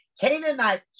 Canaanite